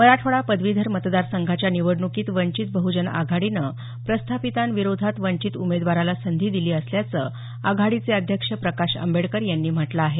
मराठवाडा पदवीधर मतदारसंघाच्या निवडणुकीत वंचित बहुजन आघाडीनं प्रस्थापितांविरोधात वंचित उमेदवाराला संधी दिली असल्याचं आघाडीचे अध्यक्ष प्रकाश आंबेडकर यांनी म्हटलं आहे